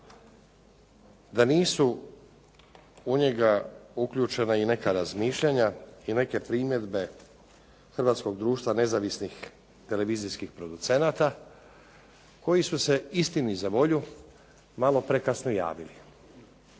da nisu u njega uključena i neka razmišljanja i neke primjedbe Hrvatskog društva nezavisnih televizijskih producenata, koji su se istini za volju malo prekasno javili.